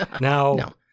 Now